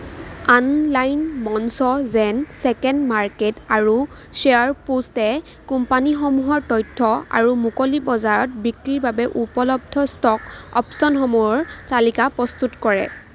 online মঞ্চ যেন second market আৰু শ্বেয়াৰ পোষ্টে কোম্পানীসমূহৰ তথ্য আৰু মুকলি বজাৰত বিক্ৰীৰ বাবে উপলব্ধ ষ্টক অপ্শ্য়নসমূহৰ তালিকা প্ৰস্তুত কৰে